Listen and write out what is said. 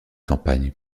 campagne